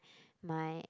my